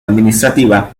administrativa